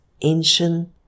ancient